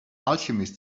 alchemist